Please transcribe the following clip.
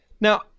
Now